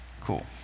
cool